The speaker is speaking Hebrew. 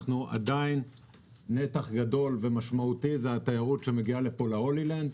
עדיין נתח גדול ניכר זה התיירות שמגיעה להולילנד,